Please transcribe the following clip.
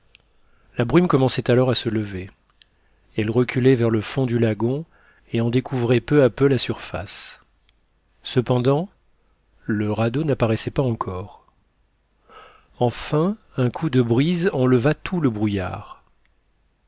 la brume commençait alors à se lever elle reculait vers le fond du lagon et en découvrait peu à peu la surface cependant le radeau n'apparaissait pas encore enfin un coup de brise enleva tout le brouillard